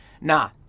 Nah